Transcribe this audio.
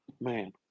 Man